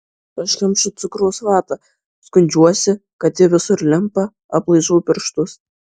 aš kemšu cukraus vatą skundžiuosi kad ji visur limpa aplaižau pirštus